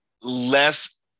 less